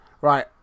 Right